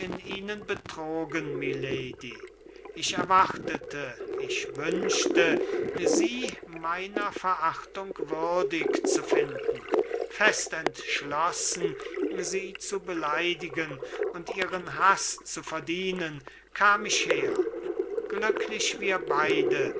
ihnen betrogen milady ich erwartete ich wünschte sie meiner verachtung würdig zu finden fest entschlossen sie zu beleidigen und ihren haß zu verdienen kam ich her glücklich wir beide